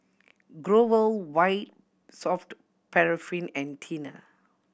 Growell White Soft Paraffin and Tena